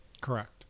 Correct